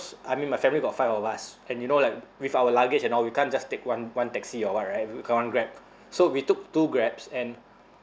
I mean my family got five of us and you know like with our luggage and all we can't just take one one taxi or what right we can't grab so we took two grabs and